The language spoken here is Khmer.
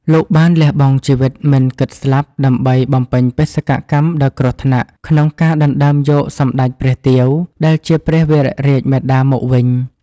លោកបានលះបង់ជីវិតមិនគិតស្លាប់ដើម្បីបំពេញបេសកកម្មដ៏គ្រោះថ្នាក់ក្នុងការដណ្តើមយកសម្តេចព្រះទាវ ដែលជាព្រះវររាជមាតាមកវិញ។